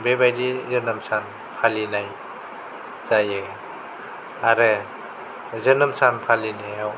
बेबायदि जोनोम सान फालिनाय जायो आरो जोनोम सान फालिनायाव